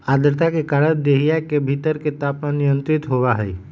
आद्रता के कारण देहिया के भीतर के तापमान नियंत्रित होबा हई